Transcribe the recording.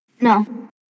No